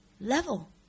level